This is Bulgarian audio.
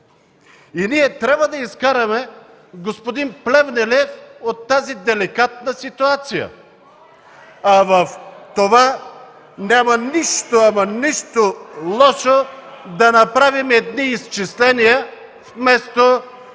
И ние трябва да изкараме господин Плевнелиев от тази деликатна ситуация. (Шум и реплики.) В това няма нищо, ама – нищо лошо, да направим едни изчисления вместо